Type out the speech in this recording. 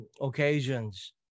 occasions